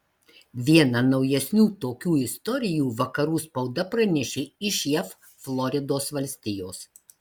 vieną naujesnių tokių istorijų vakarų spauda pranešė iš jav floridos valstijos